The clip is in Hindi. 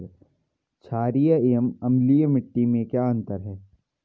छारीय एवं अम्लीय मिट्टी में क्या क्या अंतर हैं?